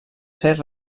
ser